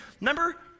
remember